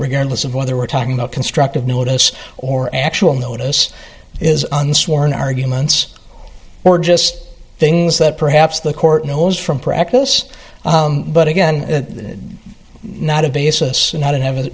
regardless of whether we're talking about constructive notice or actual notice is unsworn arguments were just things that perhaps the court knows from practice but again not a basis not an